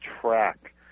track